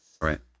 Right